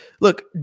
Look